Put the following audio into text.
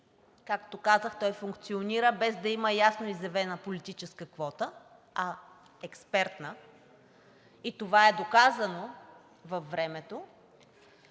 както казах, той функционира, без да има ясно изявена политическа квота, а експертна, и това е доказано във времето.